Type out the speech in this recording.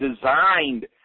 designed